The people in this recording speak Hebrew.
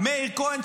מאיר כהן,